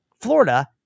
Florida